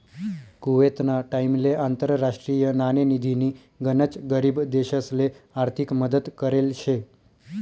कुवेतना टाइमले आंतरराष्ट्रीय नाणेनिधीनी गनच गरीब देशसले आर्थिक मदत करेल शे